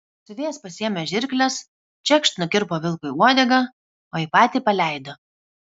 siuvėjas pasiėmė žirkles čekšt nukirpo vilkui uodegą o jį patį paleido